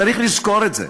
צריך לזכור את זה.